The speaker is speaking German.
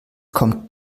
kommt